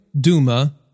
Duma